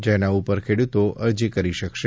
જેના ઉપર ખેડૂતો અરજી કરી શકશે